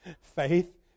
Faith